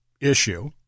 issue